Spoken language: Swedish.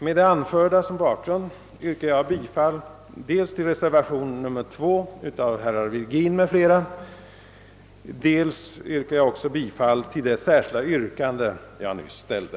Med det anförda som bakgrund yrkar jag bifall dels till reservation nr 2 av herr Virgin m.fl., dels till det särskilda yrkande jag ställde.